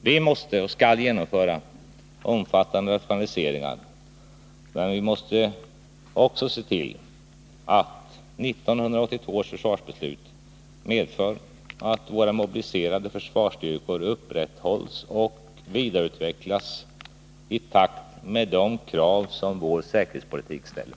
Vi måste och skall genomföra omfattande rationaliseringar, men vi måste också se till att 1982 års försvarsbeslut medför att våra mobiliseringsstyrkor upprätthålls och vidareutvecklas i takt med de krav som vår säkerhetspolitik ställer.